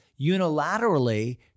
unilaterally